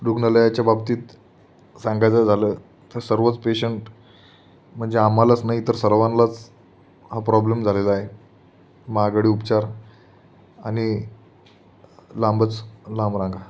रुग्णालयाच्या बाबतीत सांगायचं झालं तर सर्वच पेशंट म्हणजे आम्हालाच नाही तर सर्वांनाच हा प्रॉब्लम झालेला आहे महागडे उपचार आणि लांबच लांब रांगा